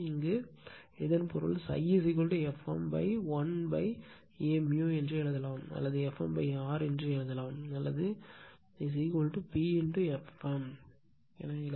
எனவே இதன் பொருள் ∅ Fm l A எழுதலாம் அல்லது Fm R எழுதலாம் அல்லது P Fm எழுதலாம்